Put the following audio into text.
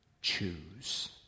Choose